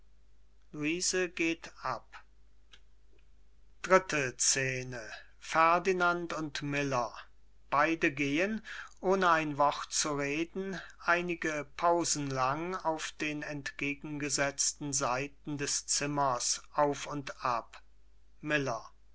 luise geht ab dritte scene ferdinand und miller beide gehen ohne ein wort zu reden einige pausen lang auf den entgegengesetzten seiten des zimmers auf und ab miller